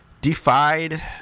defied